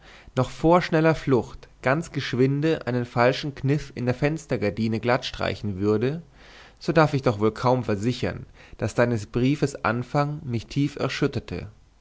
noch vor schneller flucht ganz geschwinde einen falschen kniff in der fenstergardine glattstreichen würde so darf ich doch wohl kaum versichern daß deines briefes anfang mich tief erschütterte